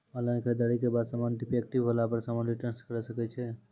Online खरीददारी के बाद समान डिफेक्टिव होला पर समान रिटर्न्स करे सकय छियै?